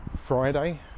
Friday